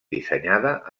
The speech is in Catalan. dissenyada